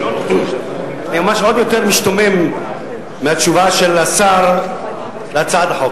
אני ממש משתומם מהתשובה של השר על הצעת החוק.